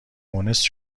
مونس